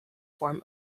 form